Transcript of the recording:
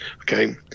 okay